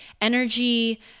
energy